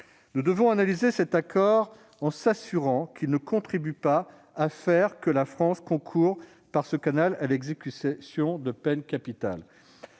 nous devons analyser cet accord en nous assurant qu'il ne contribue pas à faire concourir la France, par ce canal, à l'exécution de peines capitales.